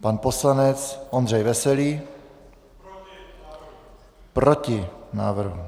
Pan poslanec Ondřej Veselý: Proti návrhu.